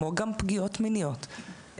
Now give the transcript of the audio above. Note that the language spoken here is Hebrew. כמו גם פגיעות מיניות,